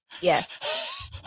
Yes